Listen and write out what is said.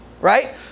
Right